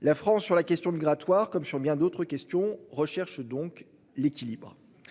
La France sur la question de grattoirs comme sur bien d'autres questions recherche donc l'équilibre.